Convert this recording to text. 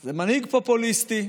זה מנהיג פופוליסטי,